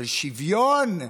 של שוויון,